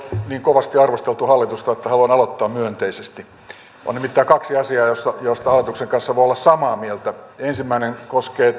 kovasti arvosteltu hallitusta että haluan aloittaa myönteisesti on nimittäin kaksi asiaa joista hallituksen kanssa voi olla samaa mieltä ensimmäinen koskee